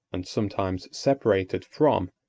and sometimes separated from,